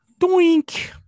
Doink